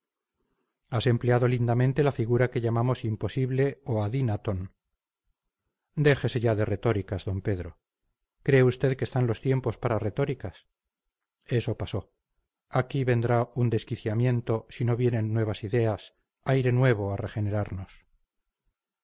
has empleado lindamente la figura que llamamos imposible o adynaton déjese ya de retóricas d pedro cree usted que están los tiempos para retóricas eso pasó aquí vendrá un desquiciamiento si no vienen nuevas ideas aire nuevo a regenerarnos